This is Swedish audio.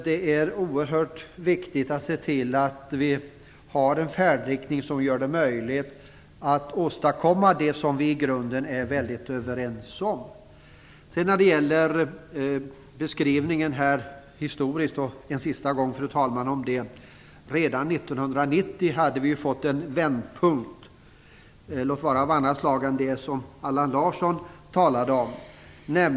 Det är oerhört viktigt att färdriktningen blir sådan att vi kan åstadkomma det som vi i grunden är överens om. Jag vill, fru talman, en sista gång beröra den historiska beskrivningen. Redan 1990 hade vi fått en vändpunkt, låt vara av annat slag än den som Allan Larsson talade om.